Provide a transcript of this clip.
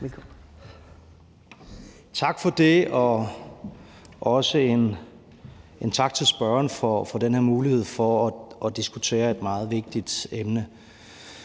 Tak for det, og også tak til forespørgeren for den her mulighed for at diskutere et meget vigtigt emne.